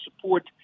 support